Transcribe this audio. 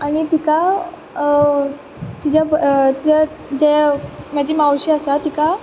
आनी तिका तिच्या जें म्हजी मावशी आसा तिका